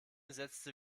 setzte